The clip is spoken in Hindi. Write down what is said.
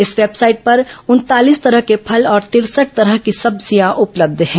इस वेबसाइट पर उनतालीस तरह के फल और तिरसठ तरह की सब्जियां उपलब्ध हैं